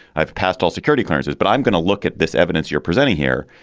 i've passed all security clearances. but i'm going to look at this evidence you're presenting here.